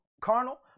carnal